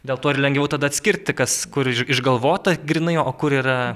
dėl to ir lengviau tada atskirti kas kur iš išgalvota grynai o kur yra